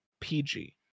PG